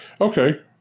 okay